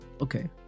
okay